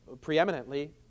preeminently